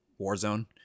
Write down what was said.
Warzone